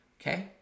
Okay